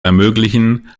ermöglichen